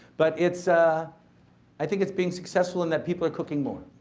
but it's, ah i think it's been successful in that people are cooking more.